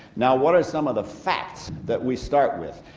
now what are some of the facts that we start with?